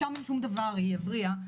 שם שום דבר יפריע,